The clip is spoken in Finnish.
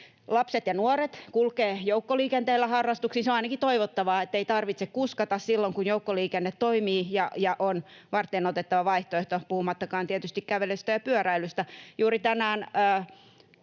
Lapset ja nuoret kulkevat joukkoliikenteellä harrastuksiin. Se on ainakin toivottavaa, ettei tarvitse kuskata silloin, kun joukkoliikenne toimii ja on varteenotettava vaihtoehto, puhumattakaan tietysti kävelystä ja pyöräilystä. Juuri tänään,